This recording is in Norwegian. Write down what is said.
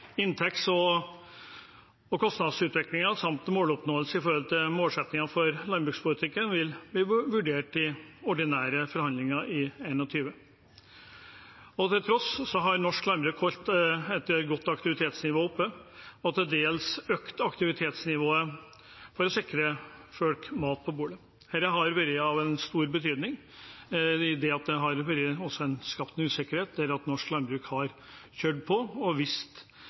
Inntekts- og kostnadsutviklingen samt måloppnåelse i forhold til målsettinger for landbrukspolitikken vil bli vurdert i ordinære forhandlinger i 2021. Til tross for situasjonen har norsk landbruk holdt et godt aktivitetsnivå oppe og til dels økt aktivitetsnivået for å sikre folk mat på bordet. Dette har vært av stor betydning da det også har vært skapt usikkerhet. Norsk landbruk har kjørt på og